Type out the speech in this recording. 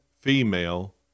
female